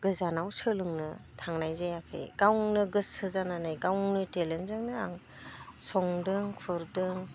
गोजानाव सोलोंनो थांनाय जायाखै गावनो गोसो जानानै गावनि टेलेन्टजोंनो आं संदों खुरदों